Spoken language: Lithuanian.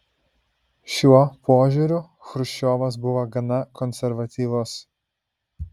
šiuo požiūriu chruščiovas buvo gana konservatyvus